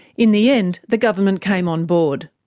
in the end, the government came on board.